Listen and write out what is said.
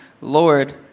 Lord